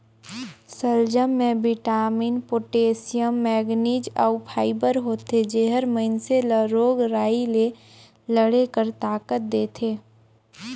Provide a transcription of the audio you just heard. सलजम में vitamin, potassium, manganese अउ फाइबर होथे जेहर मइनसे ल रोग राई ले लड़े कर ताकत देथे